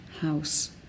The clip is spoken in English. house